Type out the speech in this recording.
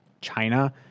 China